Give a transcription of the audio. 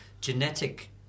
genetic